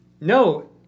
no